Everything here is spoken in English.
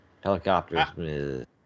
Helicopters